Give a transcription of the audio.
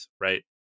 right